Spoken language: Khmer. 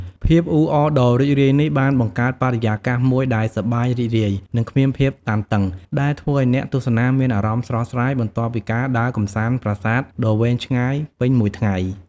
ភាពអ៊ូអរដ៏រីករាយនេះ បានបង្កើតបរិយាកាសមួយដែល សប្បាយរីករាយ និង គ្មានភាពតានតឹង ដែលធ្វើឲ្យអ្នកទស្សនាមានអារម្មណ៍ ស្រស់ស្រាយ បន្ទាប់ពីការដើរកម្សាន្តប្រាសាទដ៏វែងឆ្ងាយពេញមួយថ្ងៃ។